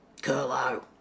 Curlo